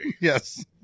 Yes